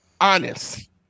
honest